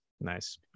Nice